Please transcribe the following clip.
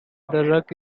ruck